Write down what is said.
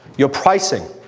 your pricing,